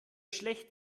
schlecht